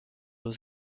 aux